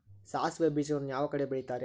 ಸಾಸಿವೆ ಬೇಜಗಳನ್ನ ಯಾವ ಕಡೆ ಬೆಳಿತಾರೆ?